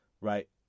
Right